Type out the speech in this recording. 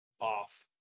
off